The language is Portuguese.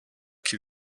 que